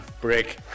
break